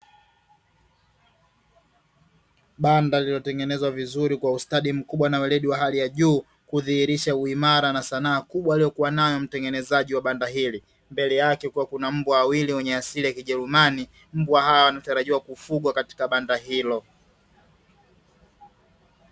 Banda lilitengenezwa vizuri kwa ustadi mkubwa na weledi wa hali ya juu kudhihirisha uimara na sanaa kubwa aliyokuwa nayo mtengenezaji wa banda hilo. Mbele yake kukiwa kuna mbwa wawili wenye asili ya Kijerumani. Mbwa hawa wanatarajiwa kufugwa katika banda hilo.